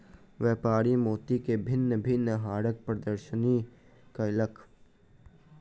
व्यापारी मोती के भिन्न भिन्न हारक प्रदर्शनी कयलक